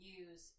use